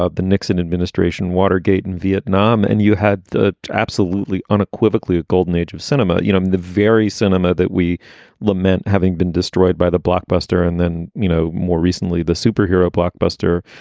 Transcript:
ah the nixon administration, watergate and vietnam. and you had the absolutely, unequivocally golden age of cinema. you know, um the very cinema that we lament having been destroyed by the blockbuster. and then, you know, more recently, the superhero blockbuster,